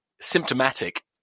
symptomatic